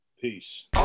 Peace